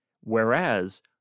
Whereas